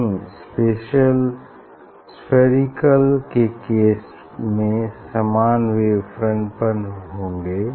नहीं स्फेरिकल के केस में समान वेव फ्रंट पर होंगे